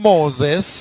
Moses